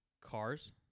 cars